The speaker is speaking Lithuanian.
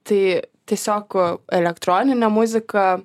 tai tiesiog elektroninė muzika